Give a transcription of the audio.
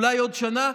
אולי עוד שנה,